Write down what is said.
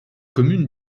commune